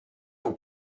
pour